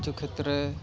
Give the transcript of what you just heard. ᱠᱤᱪᱷᱩ ᱠᱷᱮᱛᱨᱮ